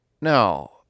no